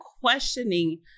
questioning